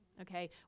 okay